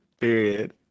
Period